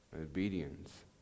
Obedience